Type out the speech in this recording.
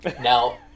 now